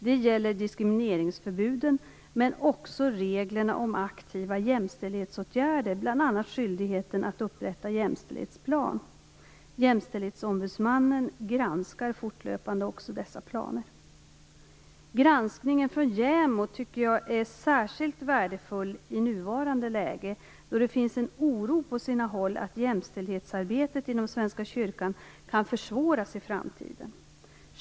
Det gäller diskrimineringsförbuden men också reglerna om aktiva jämställdhetsåtgärder, bl.a. skyldigheten att upprätta jämställdhetsplan. Jämställdhetsombudsmannen granskar fortlöpande dessa planer. Granskningen från JämO tycker jag är särskilt värdefull i nuvarande läge då det finns en oro på sina håll att jämställdhetsarbetet inom Svenska kyrkan kan försvåras i framtiden.